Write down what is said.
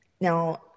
Now